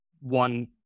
one